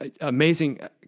amazing